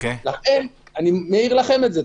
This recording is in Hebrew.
לכן אני מעיר לכם את זה.